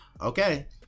okay